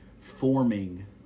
forming